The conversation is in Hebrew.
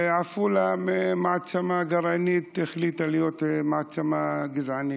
עפולה, מעצמה גרעינית, החליטה להיות מעצמה גזענית.